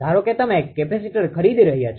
ધારો કે તમે કેપેસિટર ખરીદી રહ્યા છો